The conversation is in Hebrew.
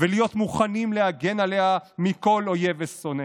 ולהיות מוכנים להגן עליה מכל אויב ושונא,